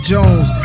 Jones